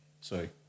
Sorry